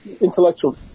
intellectual